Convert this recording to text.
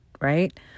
right